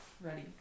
ready